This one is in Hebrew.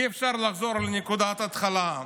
אי-אפשר לחזור לנקודת ההתחלה.